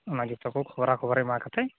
ᱚᱱᱟ ᱡᱚᱛᱚ ᱠᱚ ᱠᱷᱚᱵᱚᱨᱟ ᱠᱷᱚᱵᱚᱨ ᱮᱢᱟ ᱠᱟᱛᱮᱫ